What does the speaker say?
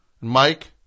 Mike